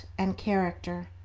and character